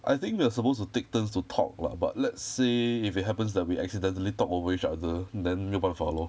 I think we are supposed to take turns to talk lah but let's say if it happens that we accidentally talk over each other then 没有办法 lor